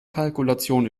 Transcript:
kalkulation